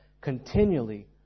continually